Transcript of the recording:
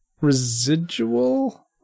residual